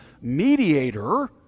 mediator